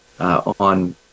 on